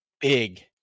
big